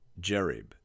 Jerib